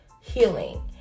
healing